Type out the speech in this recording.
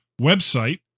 website